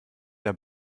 der